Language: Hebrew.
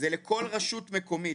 זה לכל רשות מקומית,